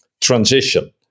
transition